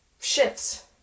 shifts